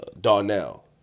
Darnell